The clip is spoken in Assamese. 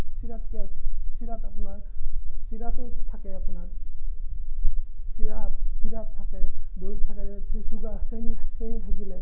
চিৰাত কি আছে চিৰাত আপোনাৰ চিৰাতো থাকে আপোনাৰ চিৰাত চিৰাত থাকে দৈত থাকে চুগাৰ চেনি চেনি থাকিলে